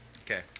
okay